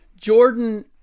Jordan